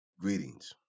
Greetings